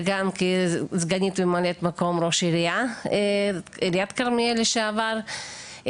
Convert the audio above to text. וגם כסגנית ממלא מקום ראש עיריית כרמיאל לשעבר,